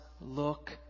look